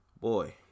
boy